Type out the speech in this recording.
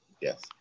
yes